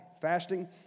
Fasting